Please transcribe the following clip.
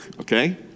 Okay